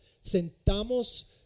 sentamos